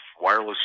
wireless